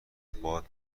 باد